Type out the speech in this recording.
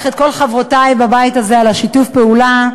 את כל חברותי בבית הזה על שיתוף הפעולה,